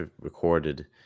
recorded